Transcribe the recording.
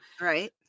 Right